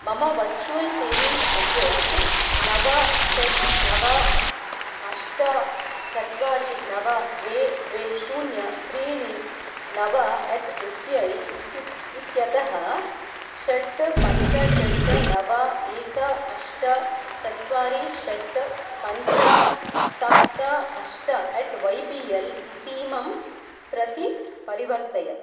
मम virtual payment address नव षट् नव अष्ट चत्वारि नव द्वे द्वे शून्य त्रीणि नव एट् एस् बि ऐ इत्यु इत्यतः षट् पञ्च षट् नव एक अष्ट चत्वारि षट् पञ्च सप्त अष्ट एट् वै बि एल् इतीमं प्रति परिवर्तय